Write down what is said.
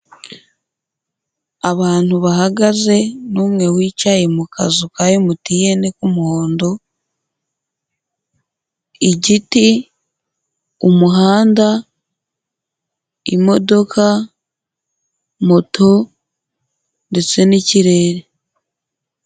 Abantu bahagaze n'umwe wicaye mu kazu ka MTN k'umuhondo, igiti, umuhanda, imodoka, moto ndetse n'ikirere.